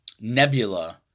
Nebula